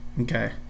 Okay